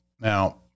Now